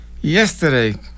Yesterday